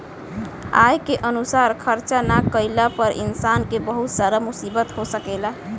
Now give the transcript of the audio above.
आय के अनुसार खर्चा ना कईला पर इंसान के बहुत सारा मुसीबत हो सकेला